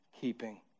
keeping